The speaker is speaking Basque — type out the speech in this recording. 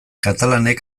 katalanek